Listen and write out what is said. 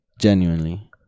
genuinely